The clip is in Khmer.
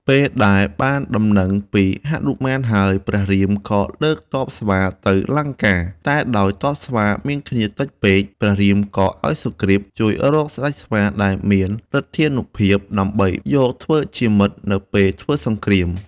ពេលដែលបានដំណឹងពីហនុមានហើយ ព្រះរាមក៏លើកទ័ពស្វាទៅលង្កា តែដោយទ័ពស្វាមានគ្នាតិចពេក ព្រះរាមក៏ឱ្យសុគ្រីពជួយរកស្តេចស្វាដែលមានឫទ្ធានុភាពមួយ ដើម្បីយកធ្វើជាមិត្តនៅពេលធ្វើសង្គ្រាម។